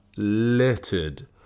Littered